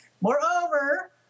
Moreover